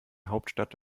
hauptstadt